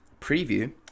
preview